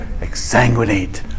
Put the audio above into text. Exsanguinate